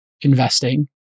investing